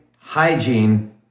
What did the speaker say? hygiene